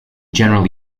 general